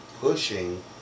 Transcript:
pushing